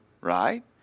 right